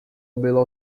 bylo